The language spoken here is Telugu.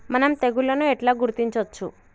మనం తెగుళ్లను ఎట్లా గుర్తించచ్చు?